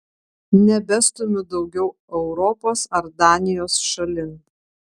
nebestumiu daugiau europos ar danijos šalin